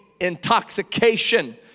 intoxication